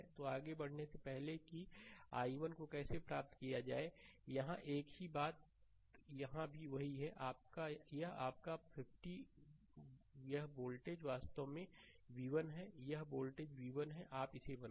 तो आगे बढ़ने से पहले कि i1 को कैसे प्राप्त किया जाए यहाँ एक ही बात यहाँ भी वही है यह आपका यह वोल्टेज वास्तव में v1 है यह वोल्टेज v1 है आप इसे बनाओ